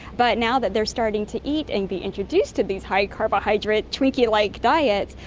but now that they're starting to eat and be introduced to these high carbohydrate twinkie-like diets,